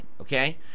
okay